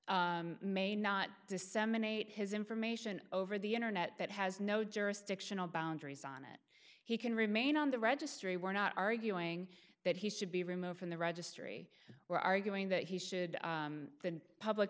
florida may not disseminate his information over the internet that has no jurisdictional boundaries on it he can remain on the registry we're not arguing that he should be removed from the registry we're arguing that he should the public